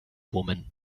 woman